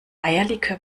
eierlikör